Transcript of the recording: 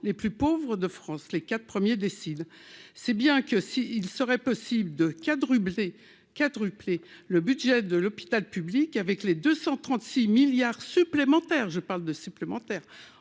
les plus pauvres de France, les quatre premiers décide, c'est bien que si il serait possible de quadrupler quadruplé le budget de l'hôpital public, avec les 236 milliards supplémentaires, je parle de supplémentaires